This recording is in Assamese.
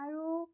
আৰু